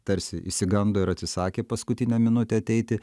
tarsi išsigando ir atsisakė paskutinę minutę ateiti